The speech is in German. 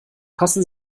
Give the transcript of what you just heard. passen